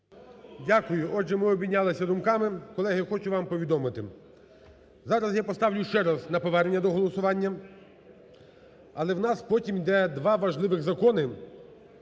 Дякую. Отже, ми обмінялися думками. Колеги, я хочу вам повідомити, зараз я поставлю ще раз на повернення до голосування. Але у нас потім йде два важливих закони